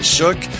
Shook